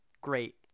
great